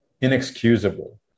inexcusable